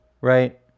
right